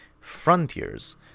Frontiers